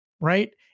right